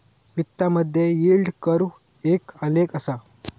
वित्तामधे yield curve एक आलेख असा